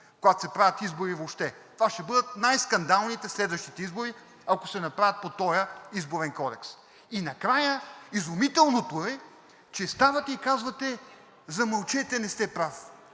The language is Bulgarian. откакто се правят избори въобще. Това ще бъдат най-скандалните – следващите избори, ако се направят по този Изборен кодекс. И накрая. Изумителното е, че ставате и казвате: „Замълчете, не сте прав!“